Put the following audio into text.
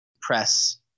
press